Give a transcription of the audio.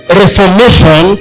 reformation